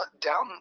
down